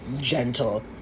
Gentle